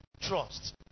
trust